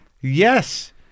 Yes